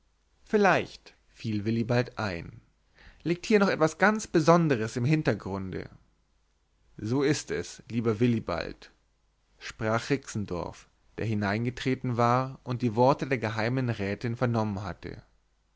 vielleicht fiel willibald ein liegt hier noch etwas ganz besonderes im hintergrunde so ist es lieber willibald sprach rixendorf der hineingetreten war und die worte der geheimen rätin vernommen hatte